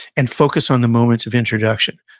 and focus on the moment of introduction.